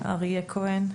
אריה כהן.